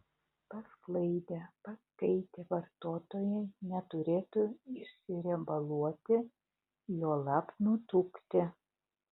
pasklaidę paskaitę vartotojai neturėtų išsiriebaluoti juolab nutukti